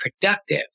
productive